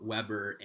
Weber